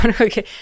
Okay